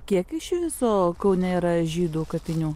kiek iš viso kaune yra žydų kapinių